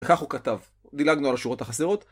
כך הוא כתב, דילגנו על השורות החסרות.